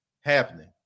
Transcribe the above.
happening